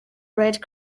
red